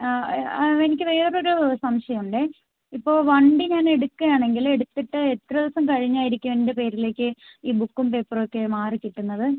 ആ ആ എനിക്ക് വേറെ ഒരു സംശയം ഉണ്ടേ ഇപ്പോൾ വണ്ടി ഞാൻ എടുക്കാണെങ്കിൽ എടുത്തിട്ട് എത്ര ദിവസം കഴിഞ്ഞായിരിക്കും എൻ്റെ പേരിലേക്ക് ഈ ബുക്കും പേപ്പറും ഒക്കെ മാറി കിട്ടുന്നത്